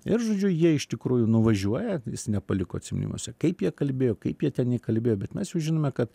ir žodžiu jie iš tikrųjų nuvažiuoja jis nepaliko atsiminimuose kaip jie kalbėjo kaip jie ten jį įkalbėjo bet mes žinome kad